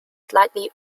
slightly